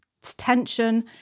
tension